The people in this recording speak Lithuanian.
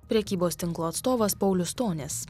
prekybos tinklo atstovas paulius stonis